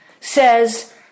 says